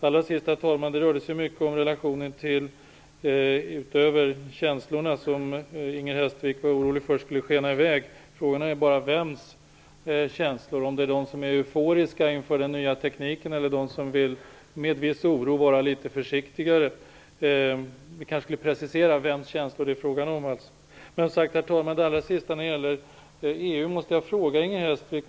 Herr talman! Det rörde sig mycket om relationer till känslor. Inger Hestvik var orolig för att känslorna skulle skena i väg. Frågan är bara vems känslor, om det är känslorna hos dem som är euforiska inför den nya tekniken eller känslorna hos dem som är litet oroliga och vill vara försiktigare. Vi kanske skulle precisera vems känslor det är fråga om. Herr talman! När det gäller EU måste jag ställa en fråga till Inger Hestvik.